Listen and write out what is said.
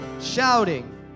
shouting